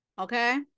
Okay